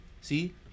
See